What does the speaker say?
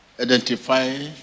Identify